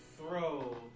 throw